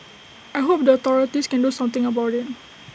I hope the authorities can do something about IT